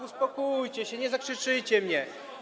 Uspokójcie się, nie zakrzyczycie mnie.